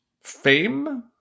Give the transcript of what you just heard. Fame